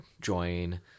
join